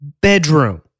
bedroom